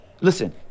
listen